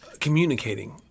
communicating